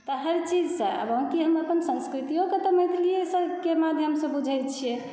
तऽ हर चीजसँ हालाँकि हम अपन संस्कृतिओ कऽ तऽ मैथिलीएकऽ माध्यमसँ बुझैत छियै